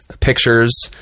pictures